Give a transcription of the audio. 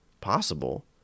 possible